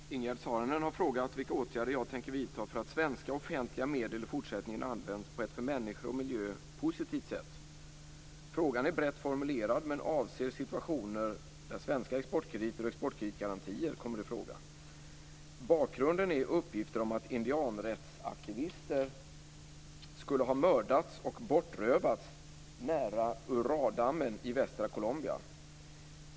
Fru talman! Ingegerd Saarinen har frågat vilka åtgärder jag tänker vidta för att svenska offentliga medel i fortsättningen används på ett för människor och miljö positivt sätt. Frågan är brett formulerad men avser situationer där svenska exportkrediter och exportkreditgarantier kommer i fråga. Bakgrunden är uppgifter om att indianrättsaktivister skulle ha mördats och bortrövats nära Urrádammen i västra Colombia.